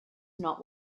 not